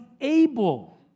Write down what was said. able